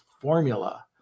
formula